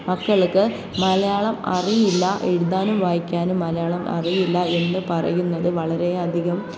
മക്കൾക്ക് മലയാളം അറിയില്ല എഴുതാനും വായിക്കാനും മലയാളം അറിയില്ല എന്ന് പറയുന്നത് വളര അധികം